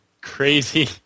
crazy